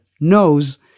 knows